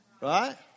right